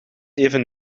even